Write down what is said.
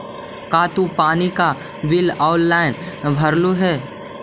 का तू पानी का बिल ऑनलाइन भरलू हे